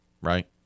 right